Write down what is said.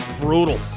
Brutal